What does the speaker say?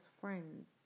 friends